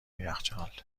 یخچال